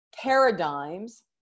paradigms